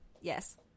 Yes